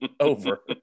over